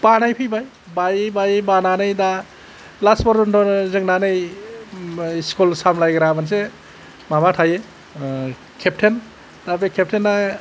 बानाय फैबाय बायै बायै बानानै दा लास फरजनथ' जोंना नै स्कुल सामलायग्रा मोनसे माबा थायो खेफथेन दा बे खेफथेना